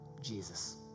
Jesus